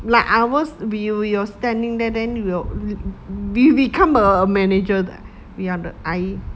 like ours view you're standing there then will be be you become a manager that we are the i~